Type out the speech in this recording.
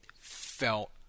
felt